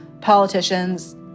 politicians